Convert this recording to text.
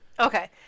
okay